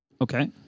Okay